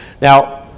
Now